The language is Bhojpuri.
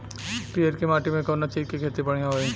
पियरकी माटी मे कउना चीज़ के खेती बढ़ियां होई?